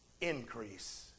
increase